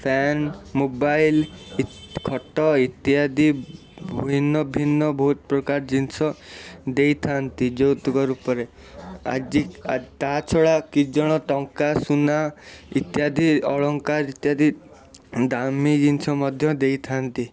fan mobile ଖଟ ଇତ୍ୟାଦି ଭିନ୍ନ ଭିନ୍ନ ବହୁତ ପ୍ରକାର ଜିନିଷ ଦେଇଥାନ୍ତି ଯୌତୁକ ରୂପରେ ଆଜି ତାଛଡ଼ା କିଛି ଜଣ ଟଙ୍କା ସୁନା ଇତ୍ୟାଦି ଅଳଙ୍କାର ଇତ୍ୟାଦି ଦାମି ଜିନିଷ ମଧ୍ୟ ଦେଇଥାନ୍ତି